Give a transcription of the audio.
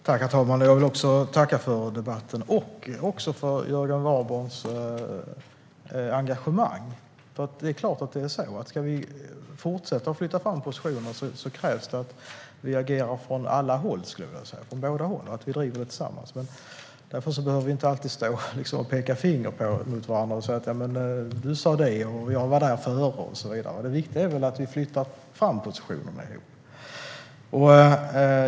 Herr talman! Också jag vill tacka för debatten och för Jörgen Warborns engagemang. Ska vi fortsätta att flytta fram positioner krävs det att vi agerar från båda hållen och driver det tillsammans. Därför behöver vi inte alltid stå och peka finger mot varandra och säga: Du sa det, och jag var där före, och så vidare. Det viktiga är väl att vi tillsammans flyttar fram positionerna.